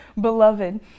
Beloved